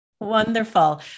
Wonderful